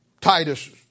Titus